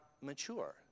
mature